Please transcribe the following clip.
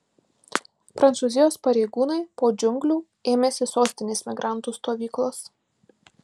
prancūzijos pareigūnai po džiunglių ėmėsi sostinės migrantų stovyklos